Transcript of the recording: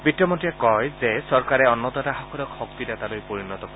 বিত্তমন্ত্ৰীয়ে কয় যে চৰকাৰে অন্নদাতাসকলক শক্তিদাতালৈ পৰিণত কৰিব